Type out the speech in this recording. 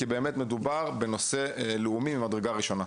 כי באמת מדובר בנושא לאומי ממדרגה ראשונה.